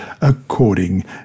according